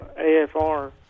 afr